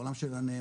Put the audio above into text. העולם של הנאמנות,